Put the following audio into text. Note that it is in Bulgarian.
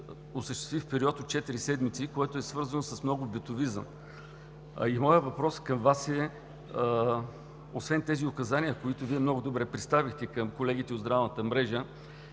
осъществи в период от четири седмици, което е свързано с много битовизъм. Моят въпрос към Вас е: освен тези указания, които Вие много добре представихте, към колегите от здравната мрежа